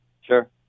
Sure